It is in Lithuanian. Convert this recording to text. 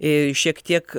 ir šiek tiek